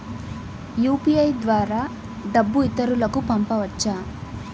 UPI ద్వారా డబ్బు ఇతరులకు పంపవచ్చ?